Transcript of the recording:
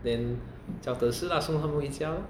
then 叫德士啦送他们回家 lor